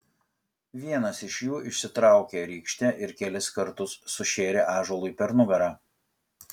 vienas iš jų išsitraukė rykštę ir kelis kartus sušėrė ąžuolui per nugarą